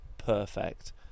perfect